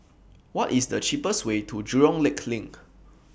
What IS The cheapest Way to Jurong Lake LINK